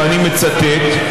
ואני מצטט,